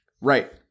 Right